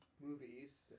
movies